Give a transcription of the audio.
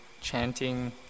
chanting